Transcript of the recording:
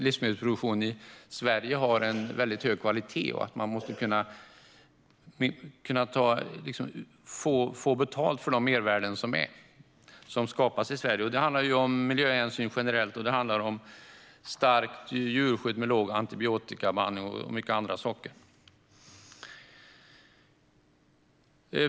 Livsmedelsproduktionen i Sverige har en väldigt hög kvalitet, och man måste kunna få betalt för de mervärden som skapas i Sverige. Det handlar om miljöhänsyn generellt, och det handlar om ett starkt djurskydd med låg antibiotikabehandling och många andra saker.